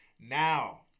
Now